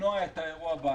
למנוע את האירוע הבא.